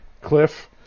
Cliff